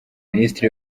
minisitiri